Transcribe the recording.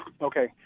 Okay